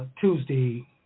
Tuesday